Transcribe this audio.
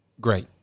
Great